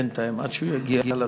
בינתיים, עד שהוא יגיע לדוכן.